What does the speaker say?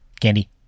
Candy